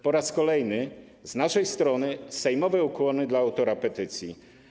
Po raz kolejny z naszej strony sejmowe ukłony dla autora petycji.